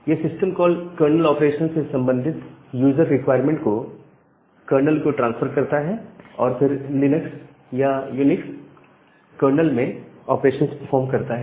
यह system call kernel operation से संबंधित यूजर रिक्वायरमेंट को कर्नल को ट्रांसफर करता है और फिर लिनक्स या यूनिक्स कर्नल में ऑपरेशंस परफॉर्म करता है